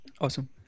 Awesome